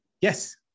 Yes